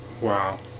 Wow